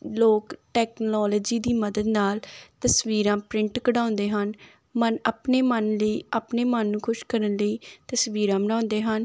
ਲੋਕ ਟੈਕਨੋਲਜੀ ਦੀ ਮਦਦ ਨਾਲ ਤਸਵੀਰਾਂ ਪ੍ਰਿੰਟ ਕਢਾਉਂਦੇ ਹਨ ਮਨ ਆਪਣੇ ਮਨ ਲਈ ਆਪਣੇ ਮਨ ਨੂੰ ਖੁਸ਼ ਕਰਨ ਲਈ ਤਸਵੀਰਾਂ ਬਣਾਉਂਦੇ ਹਨ